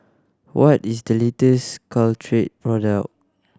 what is the latest Caltrate product